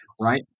right